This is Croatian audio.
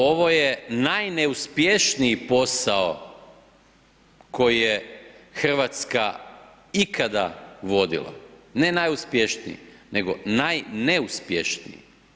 Ovo je najneuspješniji posao koji je Hrvatska ikada vodila, ne najuspješniji nego najneuspješniji.